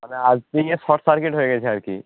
মানে আর্থিংয়ের short circuit হয়ে গেছে আর কি